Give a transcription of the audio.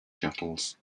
shuttles